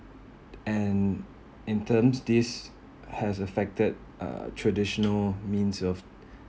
and in terms this has affected uh traditional means of